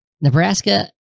Nebraska